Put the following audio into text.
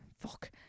fuck